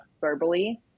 verbally